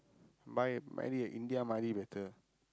buy buy me a India better